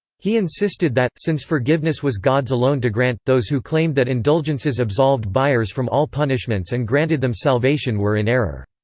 he insisted that, since forgiveness was god's alone to grant, those who claimed that indulgences absolved buyers from all punishments and granted them salvation were in error.